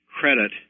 credit